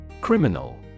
Criminal